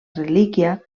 relíquia